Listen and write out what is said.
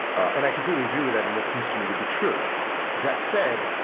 and i completely agree with that and that seems to me to be true that said,